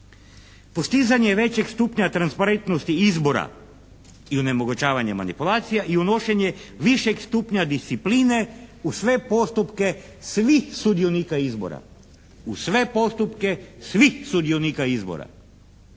Postizanje većeg stupnja transparentnosti izbora i onemogućavanje manipulacija i unošenje višeg stupnja discipline u sve postupke svih sudionika izbora, u sve postupke svih sudionika izbora